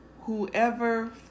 whoever